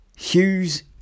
Hughes